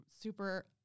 super